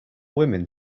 women